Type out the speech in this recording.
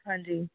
ਹਾਂਜੀ